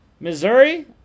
Missouri